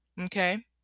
okay